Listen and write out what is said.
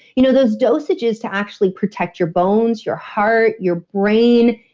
you know those dosages to actually protect your bones, your heart, your brain,